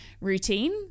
routine